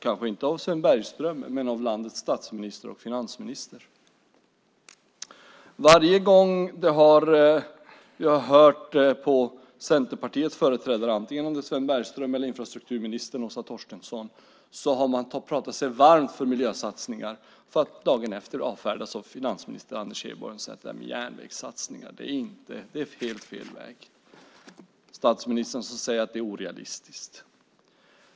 Kanske inte av Sven Bergström men av landets statsminister och finansminister. Varje gång jag har hört Centerpartiets företrädare, antingen Sven Bergström eller infrastrukturminister Åsa Torstensson, har de pratat sig varma för miljösatsningar - för att dagen efter avfärdas av finansminister Anders Borg som säger att det där med järnvägssatsningar är helt fel väg, och statsministern säger att det är orealistiskt.